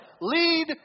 Lead